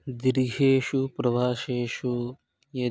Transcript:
दीर्घेषु प्रवासेषु यदि